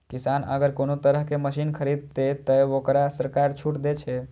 किसान अगर कोनो तरह के मशीन खरीद ते तय वोकरा सरकार छूट दे छे?